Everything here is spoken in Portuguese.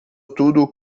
tudo